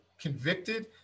convicted